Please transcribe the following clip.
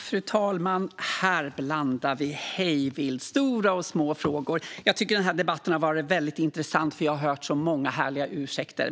Fru talman! Här blandar vi stora och små frågor hej vilt! Jag tycker att den här debatten har varit väldigt intressant, för jag har hört så många härliga ursäkter.